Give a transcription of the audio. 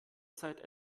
zeit